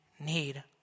need